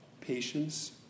patience